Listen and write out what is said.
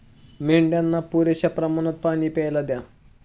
मेंढ्यांना पुरेशा प्रमाणात पाणी प्यायला द्या